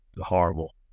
horrible